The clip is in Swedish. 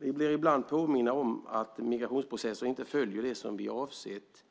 Vi blir ibland påminda om att migrationsprocesser inte följer det som vi har avsett,